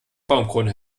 baumkrone